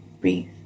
breathe